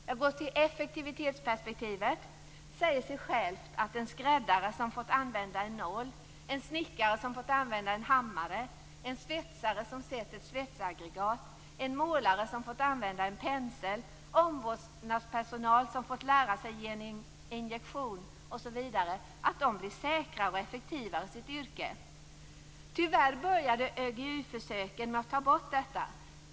Jag går över till effektivitetsperspektivet. Det säger sig självt att en skräddare som fått använda en nål, en snickare som fått använda en hammare, en svetsare som sett ett svetsaggregat, en målare som fått använda en pensel, omvårdnadspersonal som fått lära sig att ge en injektion osv. blir säkrare och effektivare i sitt yrke. Tyvärr började ÖGY-försöken med att ta bort detta.